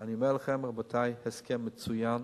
אני אומר לכם, רבותי, הסכם מצוין,